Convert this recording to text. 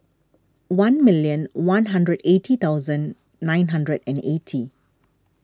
one million one hundred eighty thousand nine hundred and eighty